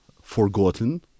forgotten